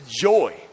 joy